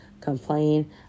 complain